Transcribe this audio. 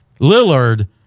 Lillard